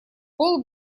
пол